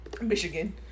Michigan